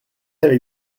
avec